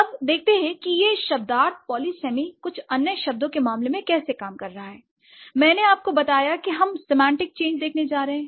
अब देखते हैं कि यह शब्दार्थ पॉलीसैनी कुछ अन्य शब्दों के मामले में कैसे काम कर रहा है l मैंने आपको बताया कि हम सेमांटिक चेंज देखने जा रहे हैं